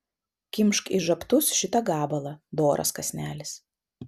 kimšk į žabtus šitą gabalą doras kąsnelis